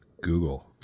Google